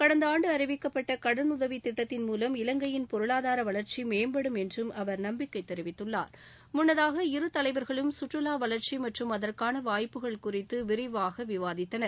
கடந்த ஆண்டு அறிவிக்கப்பட்ட கடனுதவி திட்டத்தின் மூலம் இலங்கையின் பொருளாதார வளர்ச்சி மேம்படும் என்றும் அவர் நம்பிக்கை தெரிவித்தார் முன்னதாக இருதலைவர்களும் சுற்றுலா வளர்ச்சி மற்றும் அஅற்கான வாய்ப்புகள் குறித்து விரிவாக விவாதித்தனர்